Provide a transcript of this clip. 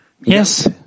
yes